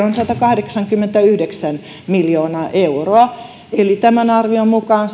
on satakahdeksankymmentäyhdeksän miljoonaa euroa eli tämän arvion mukaan